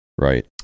right